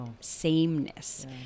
sameness